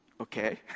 Okay